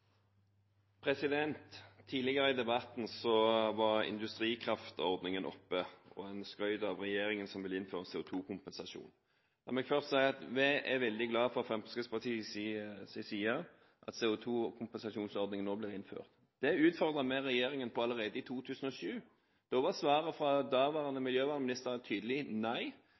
Tidligere i debatten var industrikraftordningen oppe, og en skrøt av regjeringen, som vil innføre CO2-kompensasjon. La meg først si at vi fra Fremskrittspartiets side er veldig glad for at CO2-kompensasjonsordningen nå blir innført. Det utfordret vi regjeringen på allerede i 2007. Da var svaret fra daværende miljøvernminister et tydelig nei,